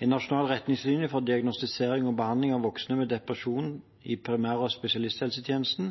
I Nasjonale retningslinjer for diagnostisering og behandling av voksne med depresjon i